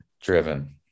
driven